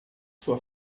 sua